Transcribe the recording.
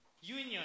union